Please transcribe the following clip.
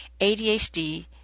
ADHD